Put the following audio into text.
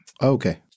Okay